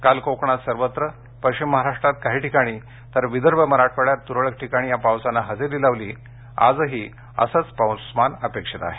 काल कोकणात सर्वत्र पश्चिम महाराष्ट्रात काही ठिकाणी तर विदर्भ मराठवाड्यात तुरळकठिकाणी या पावसानं हजेरी लावली आजही असंच पाऊसमान अपेक्षित आहे